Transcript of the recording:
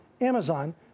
Amazon